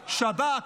שב"כ,